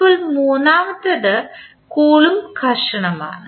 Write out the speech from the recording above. ഇപ്പോൾ മൂന്നാമത്തെ കൂലോംബ് സംഘർഷമാണ്